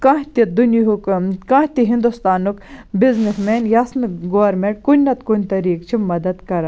کانٛہہ تہِ دُنیاہُک کانٛہہ تہِ ہِندوستانُک بِزنٮ۪س مین یَس نہٕ گورمنٹ کُنہِ نَتہٕ کُنہِ طٔریقہٕ چھِ مَدَد کَران